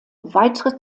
weitere